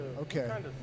Okay